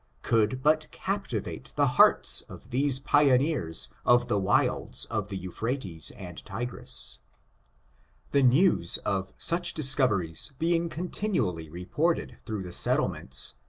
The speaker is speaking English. could but captivate the hearts of these pioneers of the wilds of the euphrates and tigris the news of such discoveries being continually reported through the settlements,